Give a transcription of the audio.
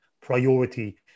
priority